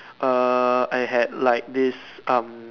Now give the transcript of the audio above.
err I had like this um